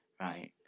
right